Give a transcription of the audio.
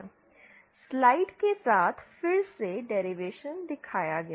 slide के साथ फिर से डेरिवेशन दिखाया गया है